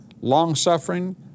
long-suffering